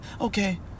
okay